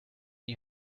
die